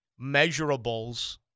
measurables